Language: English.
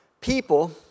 people